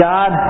God